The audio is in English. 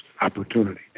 opportunity